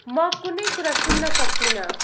म कुनै कुरा सुन्न सक्दिनँ